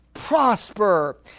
Prosper